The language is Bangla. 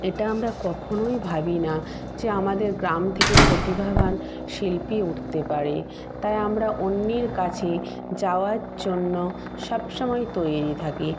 এটা আমরা কখনোই ভাবি না যে আমাদের গ্রাম থেকে প্রতিভাবান শিল্পী উঠতে পারে তাই আমরা অন্যের কাছে যাওয়ার জন্য সব সময়ই তৈরি থাকি